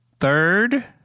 Third